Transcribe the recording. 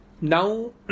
Now